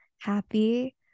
happy